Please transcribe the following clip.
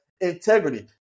integrity